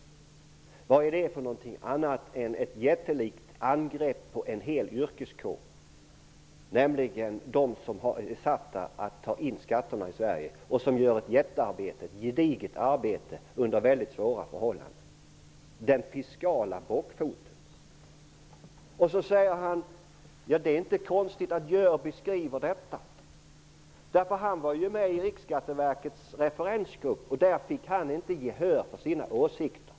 Vad är det om inte ett jättelikt angrepp på en hel yrkeskår, nämligen på dem som är satta att ta in skatter här i Sverige och som gör ett jättejobb och ett gediget arbete under väldigt svåra förhållanden -- den fiskala bockfoten! Sedan säger Knut Wachtmeister: Det är inte konstigt att Jörby skriver detta. Han var ju med i Riksskatteverkets referensgrupp, och där fick han inte gehör för sina åsikter.